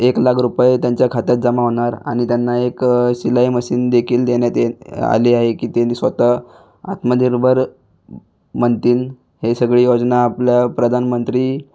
एक लाख रुपय त्यांच्या खात्यात जमा होणार आणि त्यांना एक शिलाई मशीनदेखील देण्यात ये आली आहे की त्यांनी स्वत आत्मनिर्भर बनतील ही सगळी योजना आपल्या प्रधानमंत्री